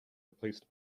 replaced